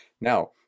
Now